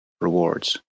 rewards